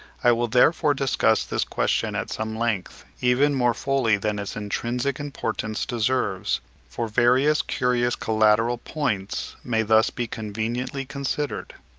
i will therefore discuss this question at some length, even more fully than its intrinsic importance deserves for various curious collateral points may thus be conveniently considered.